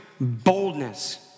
boldness